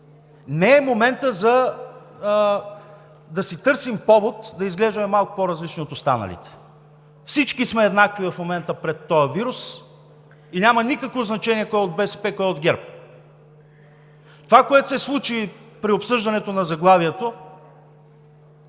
Не е моментът да си търсим повод да изглеждаме малко по различни от останалите. Всички в момента сме еднакви пред този вирус и няма никакво значение кой е от БСП, кой е от ГЕРБ. Това, което се случи при обсъждането на заглавието,